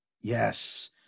Yes